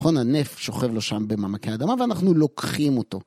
נכון? הנפט שוכב לו שם במעמקי האדמה ואנחנו לוקחים אותו.